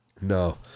No